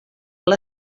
les